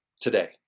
today